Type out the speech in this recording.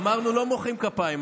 אמרנו, לא מוחאים כפיים.